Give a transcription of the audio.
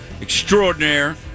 extraordinaire